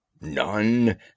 None